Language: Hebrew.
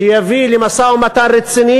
שיביא למשא-ומתן רציני,